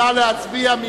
נא להצביע.